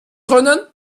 können